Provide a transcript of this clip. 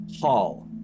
hall